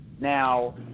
Now